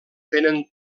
tenen